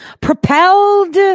propelled